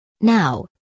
Now